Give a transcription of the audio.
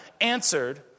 answered